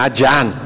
Ajan